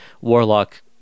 warlock